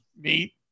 meet